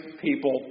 people